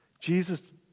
Jesus